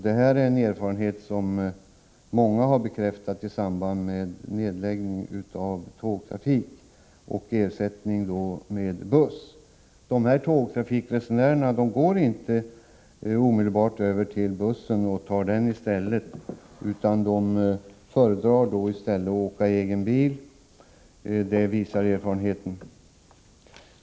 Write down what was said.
Det är en erfarenhet som många har bekräftat i samband med nedläggning av tågtrafik och ersättning av den med busstrafik. Tågresenärer går inte omedelbart över till buss i stället, utan de föredrar att åka i egen bil — det visar erfarenheten.